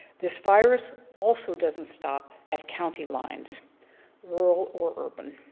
this virus also doesn't stop at county lines rural or urban.